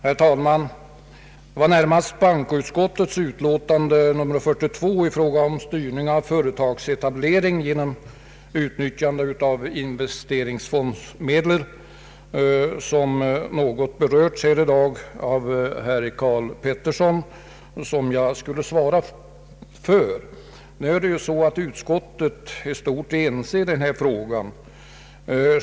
Herr talman! Det var närmast bankoutskottets utlåtande nr 42 i fråga om styrning av företagsetablering genom utnyttjande av investeringsfondsmedel — något som berörts här i dag av herr Karl Pettersson — som jag skall svara för. Utskottet är nu ense i denna fråga.